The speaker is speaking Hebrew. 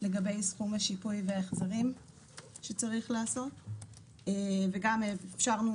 לגבי סכום השיפוי וההחזרים שצריך לעשות וגם אפשרנו